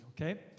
okay